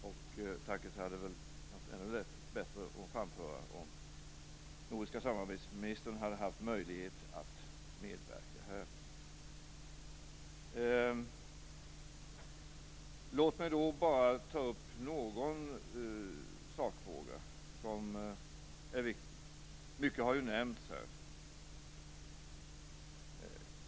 Det hade känts ännu bättre att framföra tacket om nordiska samarbetsministern hade haft möjlighet att medverka här. Låt mig också ta upp någon sakfråga som är viktig. Mycket har nämnts här.